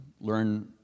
learn